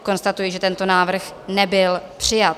Konstatuji, že tento návrh nebyl přijat.